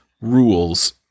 rules